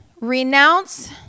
Renounce